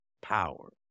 power